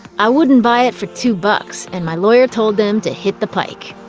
i wouldn't buy it for two bucks, and my lawyer told them to hit the pike.